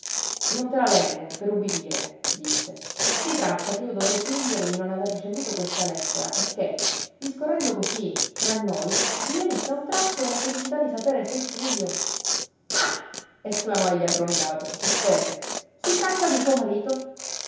non te la leggo per ubbidire disse si tratta che io dovrei fingere di non aver ricevuto questa lettera e che discorrendo cosí tra noi mi venisse a un tratto la curiosità di sapere se giulio ah esclamò egli aggrondato offeso si tratta di suo marito